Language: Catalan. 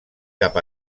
cap